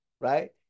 right